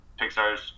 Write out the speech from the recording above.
Pixar's